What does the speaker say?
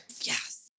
Yes